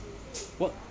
what